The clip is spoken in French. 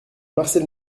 marcel